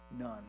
None